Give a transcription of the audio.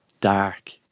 Dark